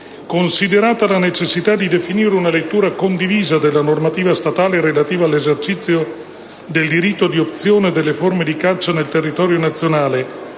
considerata la necessità di definire una lettura condivisa della normativa statale relativa all'esercizio del diritto di opzione delle forme di caccia nel territorio nazionale,